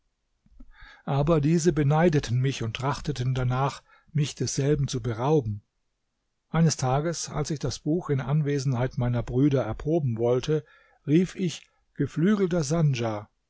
aber diese beneideten mich und trachteten danach mich desselben zu berauben eines tages als ich das buch in anwesenheit meiner brüder erproben wollte rief ich geflügelter sandja